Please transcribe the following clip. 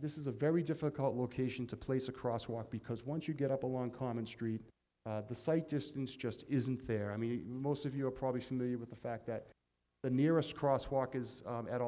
this is a very difficult location to place a cross walk because once you get up along common street the site distance just isn't there i mean most of you are probably familiar with the fact that the nearest cross walk is